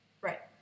Right